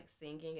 singing